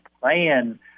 plan